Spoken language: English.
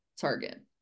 target